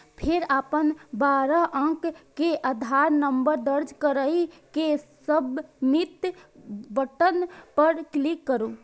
फेर अपन बारह अंक के आधार नंबर दर्ज कैर के सबमिट बटन पर क्लिक करू